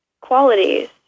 qualities